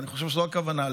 ואני חושב שזו הכוונה,